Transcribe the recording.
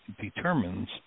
determines